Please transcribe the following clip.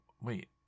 Wait